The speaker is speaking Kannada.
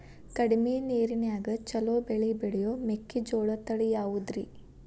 ಕಡಮಿ ನೇರಿನ್ಯಾಗಾ ಛಲೋ ಬೆಳಿ ಬೆಳಿಯೋ ಮೆಕ್ಕಿಜೋಳ ತಳಿ ಯಾವುದ್ರೇ?